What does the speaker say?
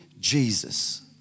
Jesus